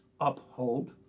Uphold